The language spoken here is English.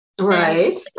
Right